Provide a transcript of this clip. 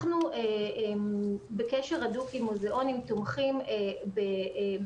אנחנו בקשר הדוק עם מוזיאונים, תומכים בשוטף.